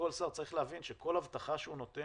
וכל שר צריך להבין שכל הבטחה שהוא נותן,